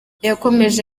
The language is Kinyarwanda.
yakomeje